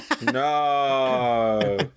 No